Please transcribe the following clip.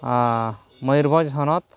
ᱢᱚᱭᱩᱨᱵᱷᱚᱸᱡᱽ ᱦᱚᱱᱚᱛ